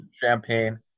champagne